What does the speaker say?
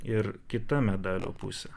ir kita medalio pusė